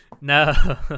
No